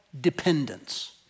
dependence